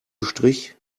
strich